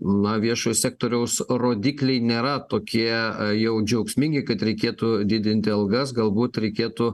na viešo sektoriaus rodikliai nėra tokie jau džiaugsmingi kad reikėtų didinti algas galbūt reikėtų